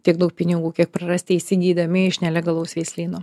tiek daug pinigų kiek prarasite įsigydami iš nelegalaus veislyno